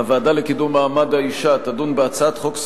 הוועדה לקידום מעמד האשה תדון בהצעות החוק האלה: